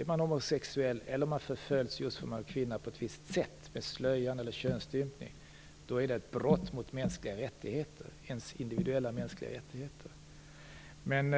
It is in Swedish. Om man är homosexuell och förföljs eller om en kvinna förföljs just därför att kvinnan är på ett visst sätt när det gäller slöja eller könsstympning, är ett brott mot mänskliga rättigheter, ens individuella mänskliga rättigheter. Men